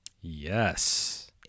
Yes